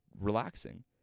relaxing